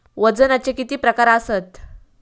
वजनाचे किती प्रकार आसत?